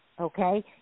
okay